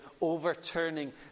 overturning